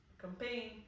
campaign